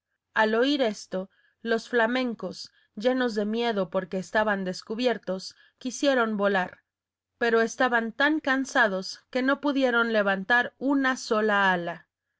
al oír esto los flamencos llenos de miedo porque estaban descubiertos quisieron volar pero estaban tan cansados que no pudieron levantar una sola pata